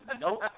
Nope